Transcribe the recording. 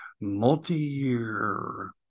Multi-year